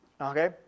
Okay